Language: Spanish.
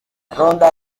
ronda